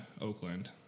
Oakland